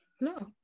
No